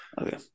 Okay